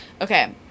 okay